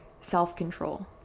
self-control